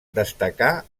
destacà